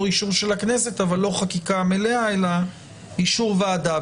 אישור של הכנסת אבל לא חקיקה מלאה אלא אישור ועדה.